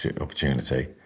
opportunity